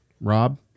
Rob